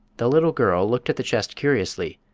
the little girl looked at the chest curiously,